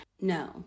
No